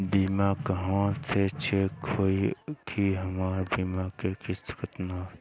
बीमा कहवा से चेक होयी की हमार बीमा के किस्त केतना ह?